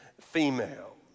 female